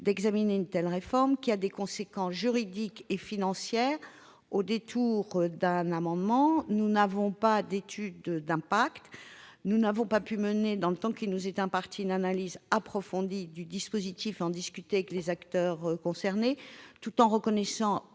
d'examiner une telle réforme, qui a des conséquences juridiques et financières, au détour d'un amendement. Nous n'avons pas d'étude d'impact. Nous n'avons pu, dans le temps qui nous était imparti, mener une analyse approfondie du dispositif ni en discuter avec les acteurs concernés. Tout en reconnaissant